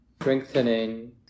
strengthening